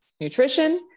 nutrition